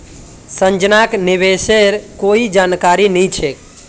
संजनाक निवेशेर कोई जानकारी नी छेक